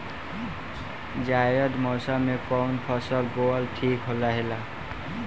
जायद मौसम में कउन फसल बोअल ठीक रहेला?